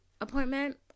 appointment